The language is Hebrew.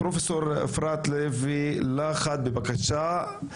פרופסור אפרת לוי להד, בבקשה.